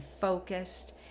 focused